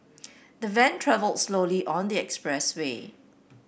the van travelled slowly on the expressway